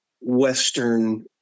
western